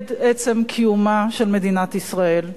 נגד עצם קיומה של מדינת ישראל.